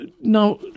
Now